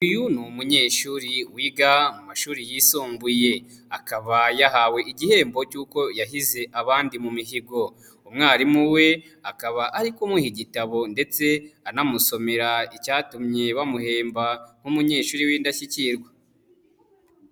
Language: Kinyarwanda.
Uyu ni umunyeshuri wiga mu mashuri yisumbuye, akaba yahawe igihembo cy'uko yahize abandi mu mihigo. Umwarimu we akaba ari kumuha igitabo ndetse, anamusomera icyatumye bamuhemba nk'umunyeshuri w'indashyikirwa.